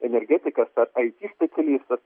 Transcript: energetikas ar it specialistas